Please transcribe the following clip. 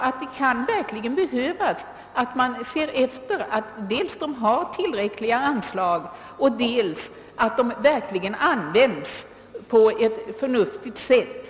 Det kan behövas att man ser till dels att anstalterna har tillräckliga anslag och dels att dessa verkligen används på ett förnuftigt sätt.